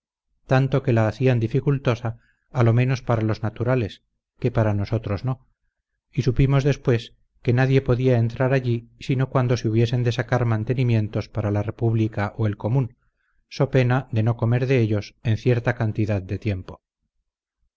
tanto que la hacían dificultosa a lo menos para los naturales que para nosotros no y supimos después que nadie podía entrar allí sino cuando se hubiesen de sacar mantenimientos para la república o el común so pena de no comer de ellos en cierta cantidad de tiempo